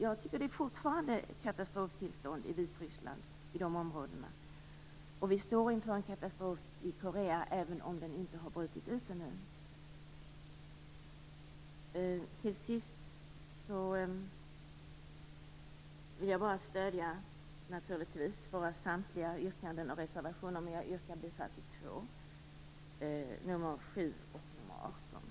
Jag tycker att det fortfarande råder katastroftillstånd i Vitryssland i dessa områden, och vi står inför en katastrof i Korea, även om den inte har brutit ut ännu. Till sist vill jag bara säga att jag naturligtvis stöder våra samtliga yrkanden och reservationer, men jag yrkar bifall till två, nämligen nr 7 och nr 18.